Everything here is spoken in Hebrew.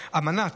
אמנת